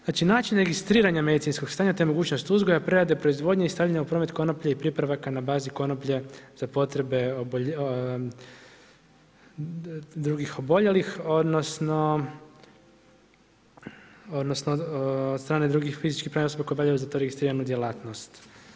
Znači, način registriranja medicinskog stanja te mogućnost uzgoja, prerade, proizvodnje i stavljanja u promet konoplje i pripravaka na bazi konoplje za potrebe drugih oboljelih odnosno od strane drugih fizičkih i pravnih osoba koje obavljaju za to registriranu djelatnost.